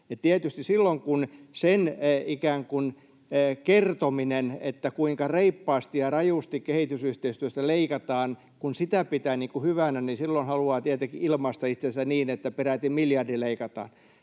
Tietysti kun kertoo sen, kuinka reippaasti ja rajusti kehitysyhteistyöstä leikataan — kun sitä pitää hyvänä — niin silloin haluaa tietenkin ilmaista itsensä niin, että peräti miljardi leikataan.